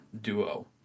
duo